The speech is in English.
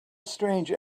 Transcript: strange